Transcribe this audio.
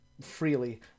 freely